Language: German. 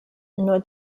nur